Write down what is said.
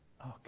okay